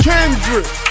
Kendrick